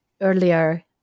earlier